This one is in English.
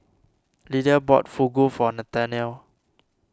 Lydia bought Fugu for Nathanael